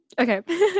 Okay